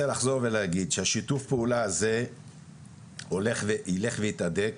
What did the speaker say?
ולהגיד שהשיתוף פעולה הזה יילך ויתהדק.